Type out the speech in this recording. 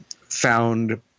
found